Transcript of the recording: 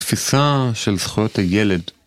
תפיסה של זכויות הילד.